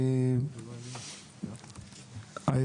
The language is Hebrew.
להבנתי,